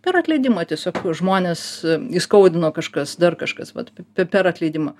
per atleidimą tiesiog žmones įskaudino kažkas dar kažkas vat p per atleidimą